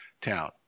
Town